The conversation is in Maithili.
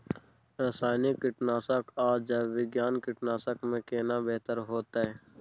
रसायनिक कीटनासक आ जैविक कीटनासक में केना बेहतर होतै?